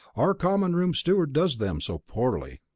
our common room steward does them so poorly.